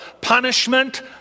punishment